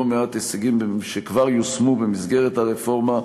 מעט הישגים שכבר יושמו במסגרת הרפורמה,